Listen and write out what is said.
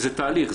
וזה תהליך.